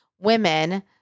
women